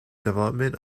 development